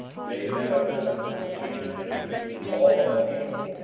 made a covenant between him, and between all the people,